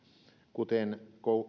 kuten